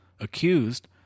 accused